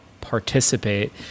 participate